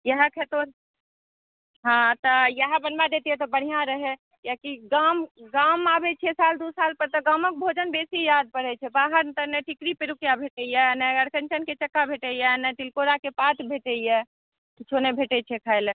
इएह खैतहुॅं रह हॅं तऽ इएह बनबा देतियै रहऽ तऽ बढ़िऑं रहै किएकि गाम आबै छी साल दु साल पर तऽ गामक भोजन बेसी याद पड़ै छै बाहरमे तऽ नहि टिकरी पिरुकिया भेटैया नहि अरिकञ्चनके चक्का भेटैया नहि तिलकोराके पात भेटैया किछु नहि भेटै छै खायला